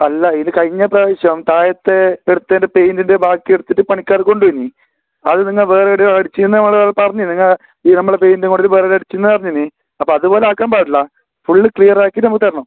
അല്ല ഇത് കഴിഞ്ഞ പ്രാവശ്യം താഴത്തെ എടുത്തതിൻ്റെ പെയിൻറ്റിൻ്റെ ബാക്കി എടുത്തിട്ട് പണിക്കാർ കൊണ്ട് പോയിന് അത് നിങ്ങൾ വേറെ എവിടെയോ അടിച്ചെന്ന് നമ്മൾ പറഞ്ഞ് നിങ്ങൾ ഈ നമ്മളെ പെയിൻറ്റ് കൊണ്ട് വേറെ അടിച്ചു എന്ന് അറിഞ്ഞിന് അപ്പം അത് പോലെ ആക്കാൻ പാടില്ല ഫുള്ള് ക്ലിയറാക്കിയിട്ട് നമുക്ക് തരണം